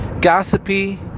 gossipy